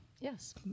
Yes